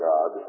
God